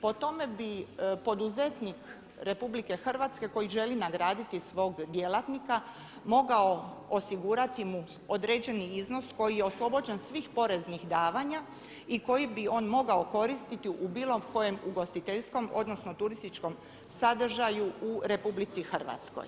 Po tome bi poduzetnik RH koji želi nagraditi svog djelatnika mogao osigurati mu određeni iznos koji je oslobođen svih poreznih davanja i koji bi on mogao koristiti u bilo kojem ugostiteljskom, odnosno turističkom sadržaju u Republici Hrvatskoj.